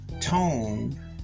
tone